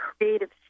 creative